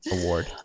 award